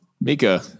Mika